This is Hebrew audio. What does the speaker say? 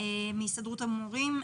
מהסתדרות המורים,